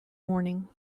morning